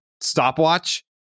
stopwatch